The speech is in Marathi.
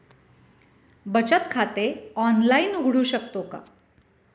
बचत खाते ऑनलाइन उघडू शकतो का?